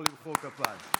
אפשר למחוא כפיים.